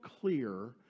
clear